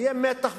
ויהיה מתח,